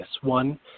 One